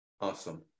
Awesome